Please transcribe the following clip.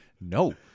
No